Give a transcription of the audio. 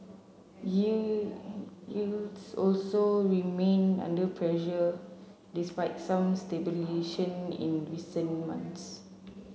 yields also remain under pressure despite some stabilisation in recent months